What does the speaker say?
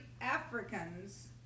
Africans